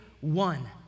one